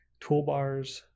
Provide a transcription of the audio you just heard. toolbars